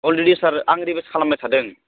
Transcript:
already sir आं revise खालामबाय थादों